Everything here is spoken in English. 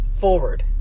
forward